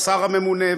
השר הממונה,